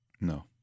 No